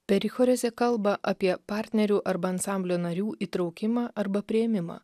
perichorezė kalba apie partnerių arba ansamblio narių įtraukimą arba priėmimą